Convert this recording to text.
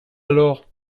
alors